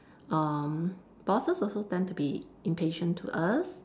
um bosses also tend to be impatient to us